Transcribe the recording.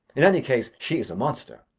in any case, she is a monster,